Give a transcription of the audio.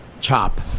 chop